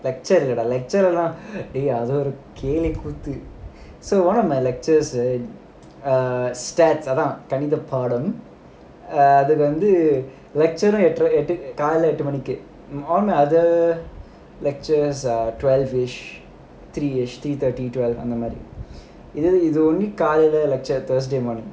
lecture இல்லடா:illadaa lecture எல்லாம் அது ஒரு பெரிய கூத்து:ellaam adhu oru periya koothu so one of my lectures err statistics அதான் கணித பாடம் அது வந்து:athaan kanitha paadam adhu vanthu lecture காலைல எட்டு மணிக்கு:kaalaila ettu manikku all my other lectures are twelve three three thirty twelve the only அந்த மாதிரி இது இது வந்து காலைல:antha maathiri idhu idhu vanthu kaalaila lecture thursday morning